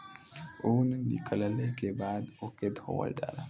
ऊन निकलले के बाद ओके धोवल जाला